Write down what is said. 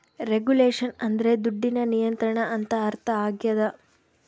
regulation ಅಂದ್ರೆ ದುಡ್ಡಿನ ನಿಯಂತ್ರಣ ಅಂತ ಅರ್ಥ ಆಗ್ಯದ